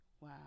Wow